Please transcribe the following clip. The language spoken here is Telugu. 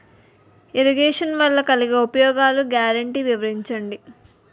ఇరగేషన్ వలన కలిగే ఉపయోగాలు గ్యారంటీ వివరించండి?